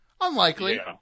unlikely